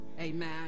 Amen